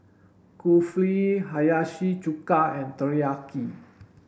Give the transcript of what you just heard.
Kulfi Hiyashi Chuka and Teriyaki